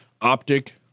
optic